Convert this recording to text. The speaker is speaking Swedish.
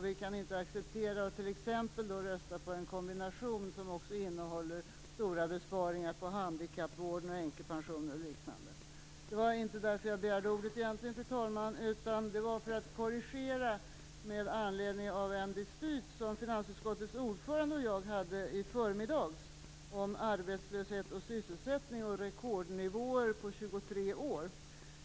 Vi kan inte acceptera att t.ex. rösta på en kombination som innehåller stora besparingar på handikappvården, änkepensioner och liknande. Det var dock inte därför, fru talman, jag begärde ordet utan för att korrigera en sak med anledning av en dispyt som finansutskottets ordförande och jag hade i förmiddags om arbetslöshet och sysselsättning och rekordnivåer på 23 år.